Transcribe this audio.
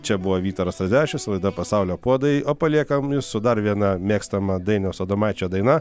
čia buvo vytaras radzevičius laida pasaulio puodai o paliekam jus su dar viena mėgstama dainiaus adomaičio daina